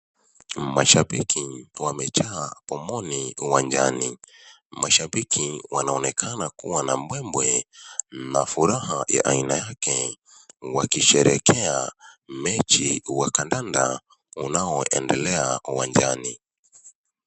Mashabiki wamejaa pomoni uwanjani mashabiki wanaonekana kuwa na mbwembwe na furaha ya aina yake wakisherehekea mechi wa kandanda unaondelea uwanjani